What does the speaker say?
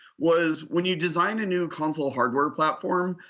was when you design a new console hardware platform,